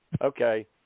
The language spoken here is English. Okay